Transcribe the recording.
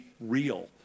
real